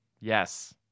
Yes